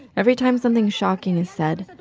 every time something shocking is said,